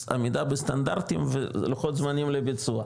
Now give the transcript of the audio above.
עמידה בסטנדרטים ולוחות זמנים לביצוע.